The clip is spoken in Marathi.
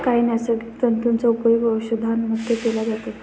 काही नैसर्गिक तंतूंचा उपयोग औषधांमध्येही केला जातो